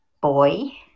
boy